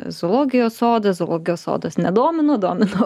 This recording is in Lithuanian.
zoologijos sodas zoologijos sodas nedomino domino